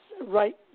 Right